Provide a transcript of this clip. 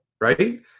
right